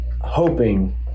hoping